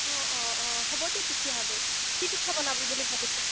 অঁ অঁ অঁ হ'ব দে তেতিয়াহ'লে কি পিঠা বনাবি বুলি ভাবিছ